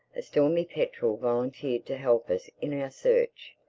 a stormy petrel volunteered to help us in our search.